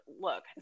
look